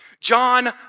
John